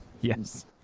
Yes